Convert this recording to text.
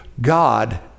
God